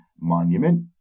Monument